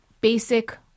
Basic